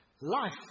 Life